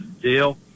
deal